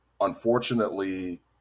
unfortunately